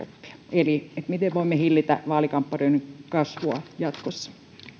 koppia miten voimme hillitä vaalikampanjoiden kasvua jatkossa